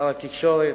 שר התקשורת,